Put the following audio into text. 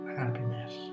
happiness